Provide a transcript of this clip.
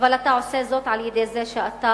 אבל אתה עושה זאת על-ידי זה שאתה,